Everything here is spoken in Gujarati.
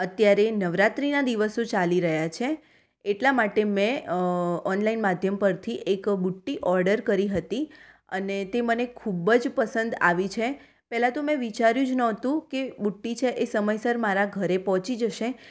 અત્યારે નવરાત્રિના દિવસો ચાલી રહ્યા છે એટલા માટે મેં ઓનલાઈન માધ્યમ પરથી એક બુટ્ટી ઓડર કરી હતી અને તે મને ખૂબ જ પસંદ આવી છે પહેલાં તો મેં વિચાર્યુ જ ન હતું કે બુટ્ટી છે એ સમયસર મારા ઘરે પહોંચી જશે